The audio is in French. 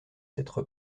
être